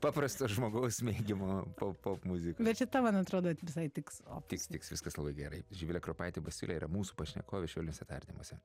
paprasto žmogaus mėgiamo pop popmuzikos bet šita man atrodo čia visai tiks tiks tiks viskas labai gerai živilė kropaitė basiulė yra mūsų pašnekovė švelniuose tardymuose